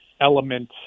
element